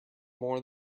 more